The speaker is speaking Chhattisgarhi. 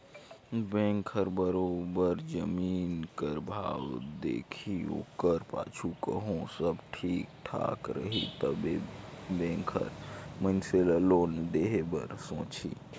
बेंक हर बरोबेर जमीन कर भाव देखही ओकर पाछू कहों सब ठीक ठाक रही तबे बेंक हर मइनसे ल लोन देहे बर सोंचही